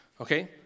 okay